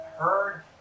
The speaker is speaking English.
heard